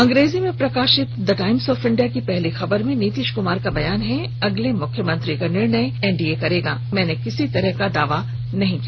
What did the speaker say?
अंग्रेजी में प्रकाशित द टाइम्स ऑफ इंडिया की पहली खबर में नीतीश कुमार का बयान है अगले मुख्यमंत्री का निर्णय एनडीए करेगा मैंने किसी तरह का दावा नहीं किया